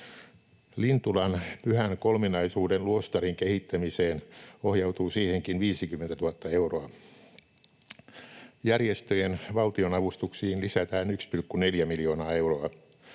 Lintulan Pyhän Kolminaisuuden luostarin kehittämiseen ohjautuu siihenkin 50 000 euroa. Järjestöjen valtionavustuksiin lisätään 1,4 miljoonaa euroa.